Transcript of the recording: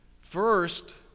First